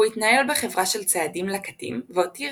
הוא התנהל בחברה של ציידים-לקטים והותיר